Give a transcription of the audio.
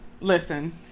Listen